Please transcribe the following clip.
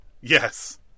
Yes